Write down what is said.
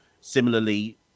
Similarly